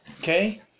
okay